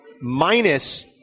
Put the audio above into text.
minus